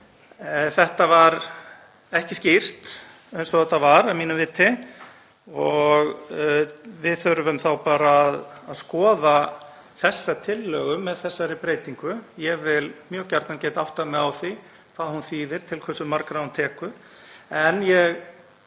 Það var ekki skýrt eins og þetta var að mínu viti og við þurfum þá bara að skoða þessa tillögu með þessari breytingu. Ég vil mjög gjarnan geta áttað mig á því hvað hún þýðir, til hversu margra hún tekur.